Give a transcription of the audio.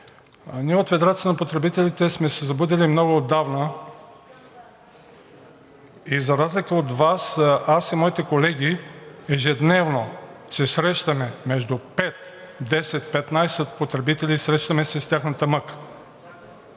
Ние от Федерацията на потребителите сме се събудили много отдавна и за разлика от Вас аз и моите колеги ежедневно се срещаме с между 5, 10, 15 потребители – срещаме се с тяхната мъка.